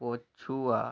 ପଛୁଆ